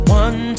one